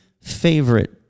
favorite